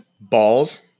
Balls